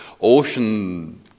ocean